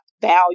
value